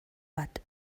bat